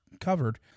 covered